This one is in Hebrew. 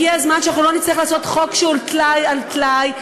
הגיע הזמן שאנחנו לא נצטרך לעשות חוק שהוא טלאי על טלאי.